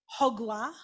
Hogla